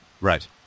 Right